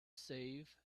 save